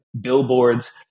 billboards